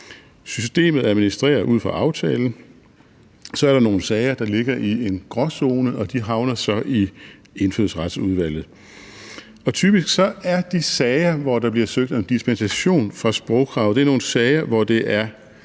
Systemet administrerer ud fra aftalen. Så er der nogle sager, der ligger i en gråzone, og de havner så i Indfødsretsudvalget. Typisk er de sager, hvor der bliver søgt om dispensation fra sprogkrav, nogle sager, hvor det er